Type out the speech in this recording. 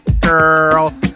Girl